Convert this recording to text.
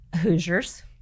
Hoosiers